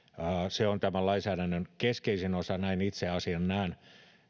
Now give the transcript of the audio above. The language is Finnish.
se on tämän lainsäädännön keskeisin osa näin itse asian näen